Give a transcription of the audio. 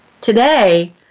today